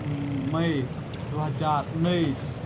मइ दुइ हजार उनैस